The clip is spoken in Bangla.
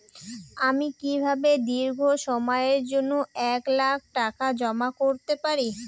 আমি কিভাবে দীর্ঘ সময়ের জন্য এক লাখ টাকা জমা করতে পারি?